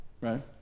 right